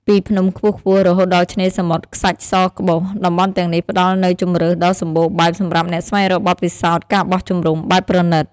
ពីភ្នំខ្ពស់ៗ រហូតដល់ឆ្នេរសមុទ្រខ្សាច់សក្បុស តំបន់ទាំងនេះផ្តល់នូវជម្រើសដ៏សម្បូរបែបសម្រាប់អ្នកស្វែងរកបទពិសោធន៍ ការបោះជំរំបែបប្រណីត ។